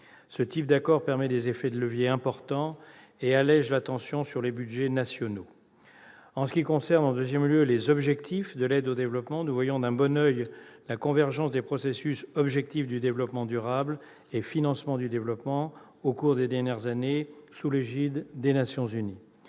Ce type d'accord permet des effets de levier importants et allège la tension sur les budgets nationaux. S'agissant des objectifs de l'aide au développement, nous voyons d'un bon oeil la convergence des processus « objectifs du développement durable » et « financement du développement » au cours des dernières années, sous l'égide des Nations unies.